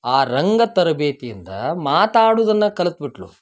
ಆ ರಂಗ ತರಬೇತಿಯಿಂದ ಮಾತಾಡುದನ್ನ ಕಲ್ತು ಬಿಟ್ಳು